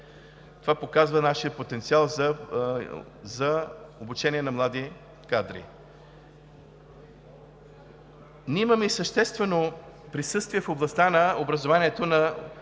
Това показва нашия потенциал за обучение на млади кадри. Ние имаме и съществено присъствие в областта на образованието в